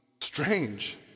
strange